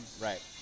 Right